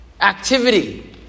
activity